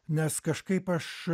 nes kažkaip aš